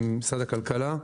עם משרד הכלכלה,